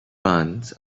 bands